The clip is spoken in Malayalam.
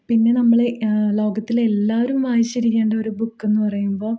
പിന്നെ നമ്മൾ ലോകത്തിൽ എല്ലാവരും വായിച്ചിരിക്കേണ്ട ഒരു ബുക്ക് എന്ന് പറയുമ്പോൾ